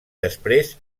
després